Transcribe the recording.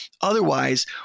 Otherwise